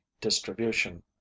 distribution